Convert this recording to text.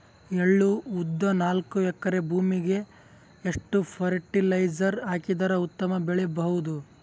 ಎಳ್ಳು, ಉದ್ದ ನಾಲ್ಕಎಕರೆ ಭೂಮಿಗ ಎಷ್ಟ ಫರಟಿಲೈಜರ ಹಾಕಿದರ ಉತ್ತಮ ಬೆಳಿ ಬಹುದು?